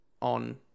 on